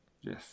Yes